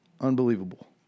unbelievable